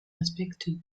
respectent